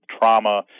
trauma